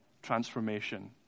transformation